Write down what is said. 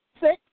six